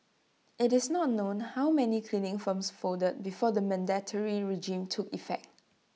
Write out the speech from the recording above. IT is not known how many cleaning firms folded before the mandatory regime took effect